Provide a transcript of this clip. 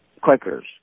Quakers